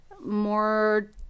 more